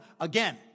again